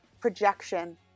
projection